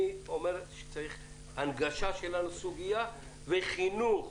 אני אומר שצריך הנגשה שונה לסוגיה, וחינוך,